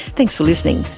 thanks for listening,